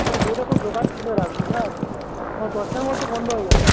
হ্যাঁ সেই রকম দোকান খুলে রাখব না আমার দশটার মধ্যে বন্ধ হয়ে যাবে